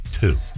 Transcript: Two